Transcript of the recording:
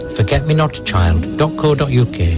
forgetmenotchild.co.uk